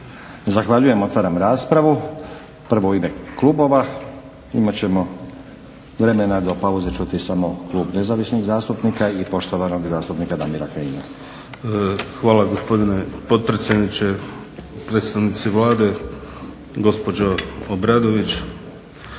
Zahvaljujem. Otvaram raspravu. Prvo u ime klubova imat ćemo vremena do pauze čuti samo klub Nezavisnih zastupnika i poštovanog zastupnika Damira Kajina. **Kajin, Damir (Nezavisni)** Hvala gospodine potpredsjedniče. Predstavnici Vlade, gospođo Obradović,